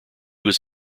was